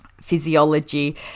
physiology